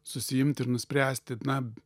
susiimti ir nuspręsti na